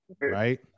Right